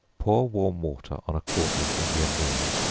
pour warm water on a quart of indian meal,